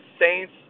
Saints